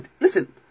listen